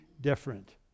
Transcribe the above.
different